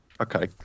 Okay